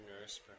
nurse